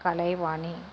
Kalaivani